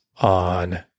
on